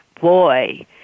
boy